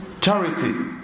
Charity